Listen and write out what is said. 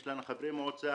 יש לנו חברי מועצה,